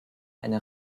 eine